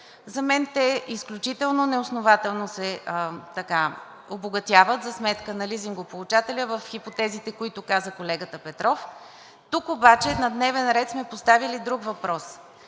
За мен те изключително неоснователно се обогатяват за сметка на лизингополучателя в хипотезите, които каза колегата Петров. Тук обаче на дневен ред сме поставили друг въпрос